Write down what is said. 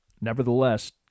Nevertheless